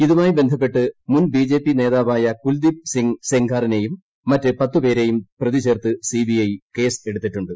ഇതുമായി ബന്ധപ്പെട്ട് മുൻ ബി ജെ പി നേതാവായ കുൽദീപ് സിങ് സെങ്കാറിനേയും മറ്റ് പത്ത് പേരേയും പ്രതിചേർത്ത് സി ബി ഐ കേസ് എടുത്തിട്ടുണ്ട്